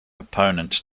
opponent